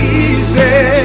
easy